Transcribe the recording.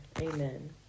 Amen